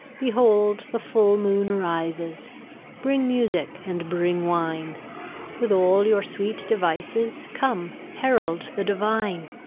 behold, the full moon rises bring music and bring wine with all your sweet devices, come, herald the divine.